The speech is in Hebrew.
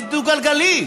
דו-גלגלי.